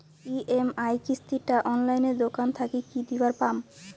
EMI কিস্তি টা অনলাইনে দোকান থাকি কি দিবার পাম?